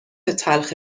تلخ